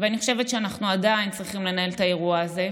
ואני חושבת שאנחנו עדיין צריכים לנהל את האירוע הזה,